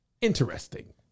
Interesting